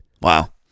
Wow